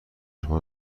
شما